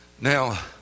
Now